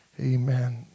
amen